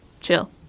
chill